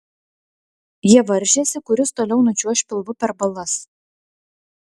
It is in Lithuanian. jie varžėsi kuris toliau nučiuoš pilvu per balas